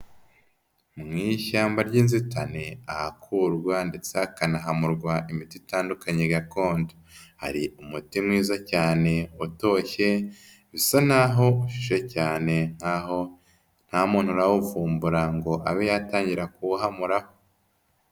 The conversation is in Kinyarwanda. Mu ishyamba ry'inzitane, ahakurwa ndetse hakanahamurwa imiti itandukanye gakondo, hari umuti mwiza cyane utoshye, bisa naho ushishe cyane nkaho nta muntu urawuvumbura ngo abe yatangira kuwuhamuraho.